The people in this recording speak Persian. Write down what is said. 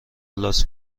لاس